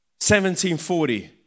1740